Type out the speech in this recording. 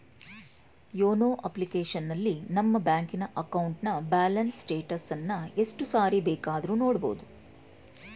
YONO ಅಪ್ಲಿಕೇಶನಲ್ಲಿ ನಮ್ಮ ಬ್ಯಾಂಕಿನ ಅಕೌಂಟ್ನ ಬ್ಯಾಲೆನ್ಸ್ ಸ್ಟೇಟಸನ್ನ ಎಷ್ಟು ಸಾರಿ ಬೇಕಾದ್ರೂ ನೋಡಬೋದು